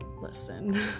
Listen